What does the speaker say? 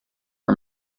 her